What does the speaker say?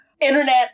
internet